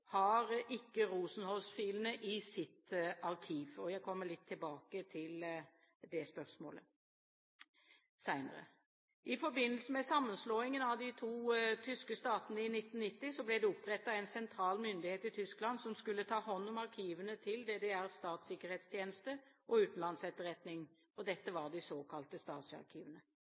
har ikke Rosenholz-filene i sitt arkiv. Jeg kommer litt tilbake til det spørsmålet senere. I forbindelse med sammenslåingen av de to tyske statene i 1990 ble det opprettet en sentral myndighet i Tyskland som skulle ta hånd om arkivene til DDRs statssikkerhetstjeneste og utenlandsetteretning. Dette var de såkalte